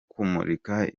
kumurika